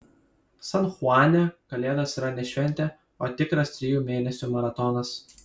san chuane kalėdos yra ne šventė o tikras trijų mėnesių maratonas